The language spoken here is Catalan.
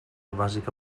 bàsica